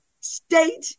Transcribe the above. state